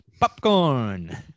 popcorn